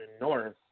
north